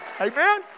Amen